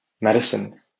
medicine